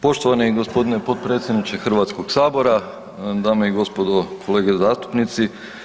Poštovani gospodine potpredsjedniče Hrvatskog sabora, dame i gospodo, kolege zastupnici.